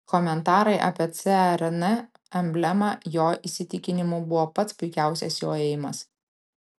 komentarai apie cern emblemą jo įsitikinimu buvo pats puikiausias jo ėjimas